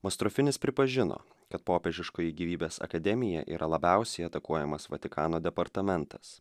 mastrofinis pripažino kad popiežiškoji gyvybės akademija yra labiausiai atakuojamas vatikano departamentas